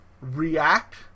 react